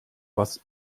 was